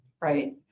Right